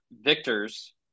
victors